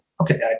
okay